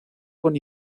con